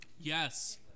Yes